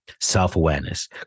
self-awareness